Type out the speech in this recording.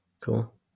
cool